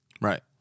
Right